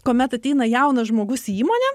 kuomet ateina jaunas žmogus į įmonę